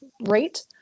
rate